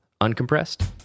uncompressed